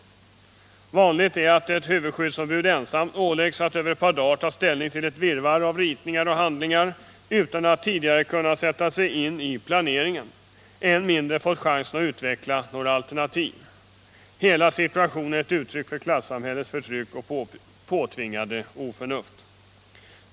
Vanligt är att ett huvudskyddsombud ensamt åläggs att över ett par dagar ta ställning till ett virrvarr av ritningar och handlingar utan att tidigare ha kunnat sätta sig in i planeringen — än mindre ha fått chansen att utveckla några alternativ. Hela situationen är ett uttryck för klassamhällets förtryck och påtvingade oförnuft!